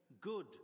Good